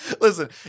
Listen